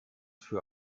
für